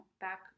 back